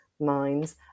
minds